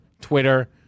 Twitter